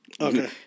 Okay